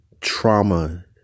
trauma